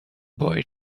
boy